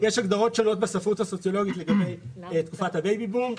יש הגדרות שונות בספרות הסוציולוגית לגבי תקופת ה-בייבי בום.